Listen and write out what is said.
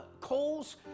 coals